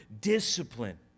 Discipline